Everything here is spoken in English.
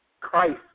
Christ